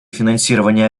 финансирования